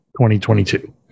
2022